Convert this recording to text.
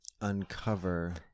Uncover